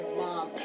mom